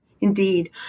Indeed